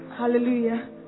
Hallelujah